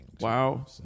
Wow